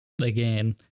again